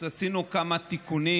עשינו כמה תיקונים,